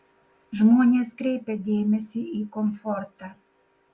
žmonės kreipia dėmesį į komfortą